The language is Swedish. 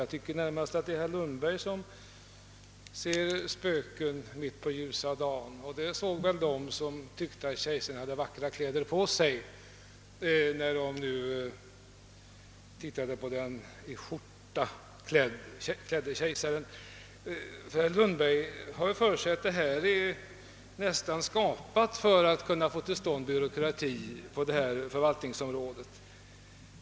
Jag tycker närmast att det är herr Lundberg som ser spöken mitt på ljusa dagen — det gjorde väl de som tyckte att kejsaren hade vackra kläder på sig när de tittade på den i bara skjorta klädde kejsaren; herr Lundberg har ju fått för sig att verket nästan är skapat för att åstadkomma byråkrati på detta förvaltningsområde.